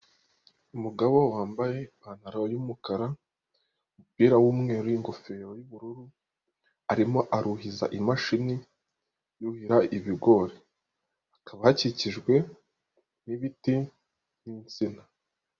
Umugabo wambaye ipantaro y'umukara, umupira w'umweru n'ingofero y'ubururu arimo aruhiza imashini yuhira ibigori, hakaba hakikijwe n'ibiti n'insina.